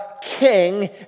king